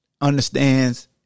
understands